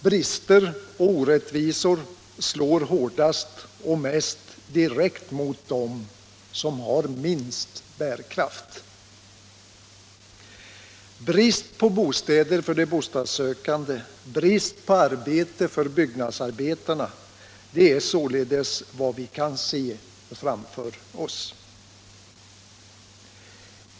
Brister och orättvisor slår hårdast och mest direkt mot dem som har minst bärkraft. Brist på bostäder för de bostadssökande, brist på arbete för byggnadsarbetarna är således vad vi kan se framför oss.